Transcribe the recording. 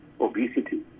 obesity